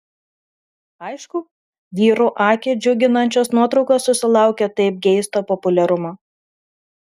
aišku vyrų akį džiuginančios nuotraukos susilaukia taip geisto populiarumo